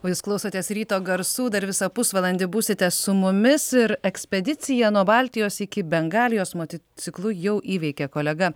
o jūs klausotės ryto garsų dar visą pusvalandį būsite su mumis ir ekspedicija nuo baltijos iki bengalijos motociklu jau įveikė kolega